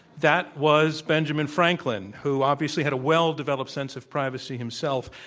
that was benjamin franklin, who obviously had a well developed sense of privacy himself,